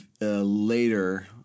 later